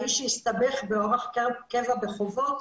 האיש הסתבך באורח קבע בחובות,